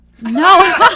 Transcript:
No